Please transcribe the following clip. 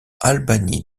albany